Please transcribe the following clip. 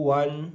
one